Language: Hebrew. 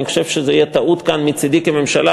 אני חושב שזו תהיה טעות כאן מצדי כממשלה